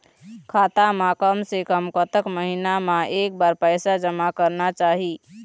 खाता मा कम से कम कतक महीना मा एक बार पैसा जमा करना चाही?